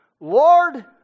Lord